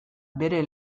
bere